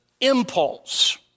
impulse